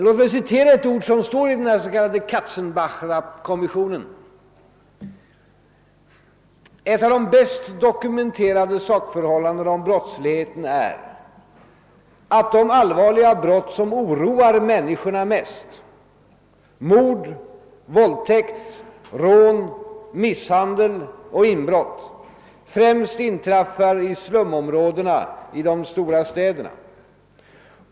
Låt mig citera några ord ur den s.k. Katzenbacherrapporten: »Ett av de bäst dokumenterade sakförhållandena om brottsligheten är, att de allvarliga brott som oroar människorna mest — mord, våldtäkt, rån, misshandel och inbrott — främst inträffar i slumområdena i de stora städerna.